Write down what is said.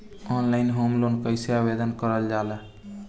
Online home loan कैसे आवेदन करल जा ला?